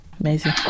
amazing